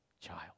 child